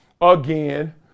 again